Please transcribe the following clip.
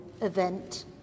event